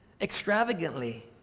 Extravagantly